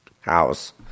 house